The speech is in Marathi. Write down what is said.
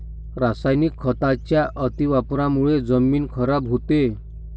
रासायनिक खतांच्या अतिवापरामुळे जमीन खराब होते